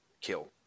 kill